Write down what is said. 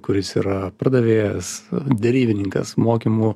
kuris yra pardavėjas derybininkas mokymų